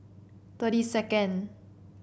thirty second